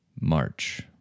March